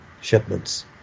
shipments